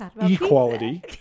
equality